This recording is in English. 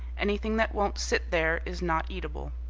anything that won't sit there is not eatable.